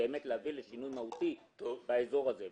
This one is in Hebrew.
באמת להביא לשינוי מהותי באזור הזה.